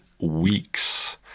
weeks